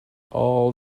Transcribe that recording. all